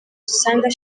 usanga